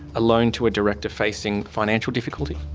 a loan to a director facing financial difficulties?